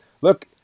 look